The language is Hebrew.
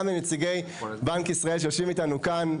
גם לנציגי בנק ישראל, שיושבים איתנו כאן.